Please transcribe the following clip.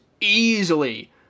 easily